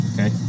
Okay